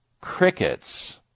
crickets